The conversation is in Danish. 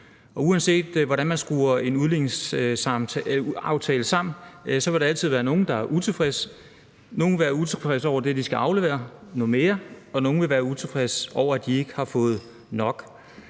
Uanset hvordan man skruer en udligningsaftale sammen, vil der altid være nogle, der er utilfredse. Nogle vil være utilfredse over det, at de skal aflevere noget mere, og nogle vil være utilfredse over, at de ikke har fået nok.